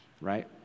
right